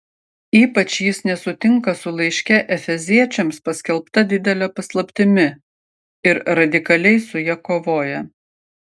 ypač jis nesutinka su laiške efeziečiams paskelbta didele paslaptimi ir radikaliai su ja kovoja